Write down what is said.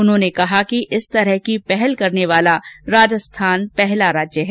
उन्होंने कहा कि इस तरह की पहल करने वाला राजस्थान पहला राज्य है